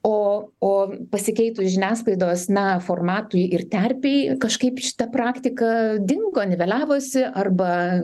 o o pasikeitus žiniasklaidos na formatui ir terpei kažkaip šita praktika dingo niveliavosi arba